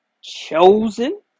chosen